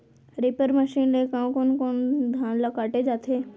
Reaper machine ले कोन कोन धान ल काटे जाथे?